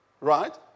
right